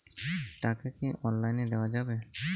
টাকা কি অনলাইনে দেওয়া যাবে?